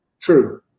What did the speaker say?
true